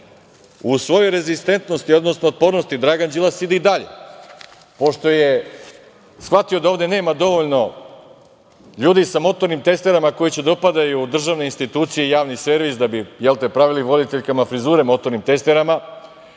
u svojoj rezistentnosti, odnosno otpornosti Dragan Đilas ide i dalje. Pošto je shvatio da ovde nema dovoljno ljudi sa motornim testerama koji će da upadaju u državne institucije i javni servis da bi, je li, pravili voditeljkama frizure motornim testerama,